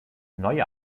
neue